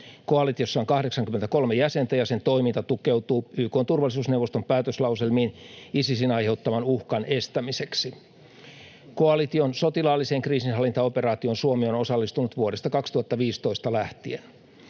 Koalitiossa on 83 jäsentä, ja sen toiminta tukeutuu YK:n turvallisuusneuvoston päätöslauselmiin Isisin aiheuttaman uhkan estämiseksi. Koalition sotilaalliseen kriisinhallintaoperaatioon Suomi on osallistunut vuodesta 2015 lähtien.